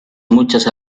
muchas